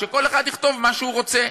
שכל אחד יכתוב מה שהוא רוצה.